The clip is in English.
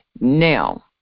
now